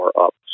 up